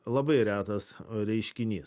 labai retas reiškinys